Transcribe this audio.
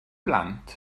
blant